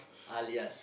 alias